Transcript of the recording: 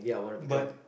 but